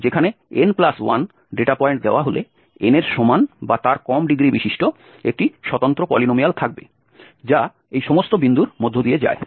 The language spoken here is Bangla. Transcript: কারণ এটি এমন একটি ফলাফল যেখানে n প্লাস 1 ডেটা পয়েন্ট দেওয়া হলে n এর সমান বা তার কম ডিগ্রীবিশিষ্ট একটি স্বতন্ত্র পলিনোমিয়াল থাকবে যা এই সমস্ত বিন্দুর মধ্য দিয়ে যায়